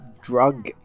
drug